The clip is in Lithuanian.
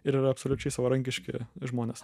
ir yra absoliučiai savarankiški žmonės